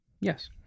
yes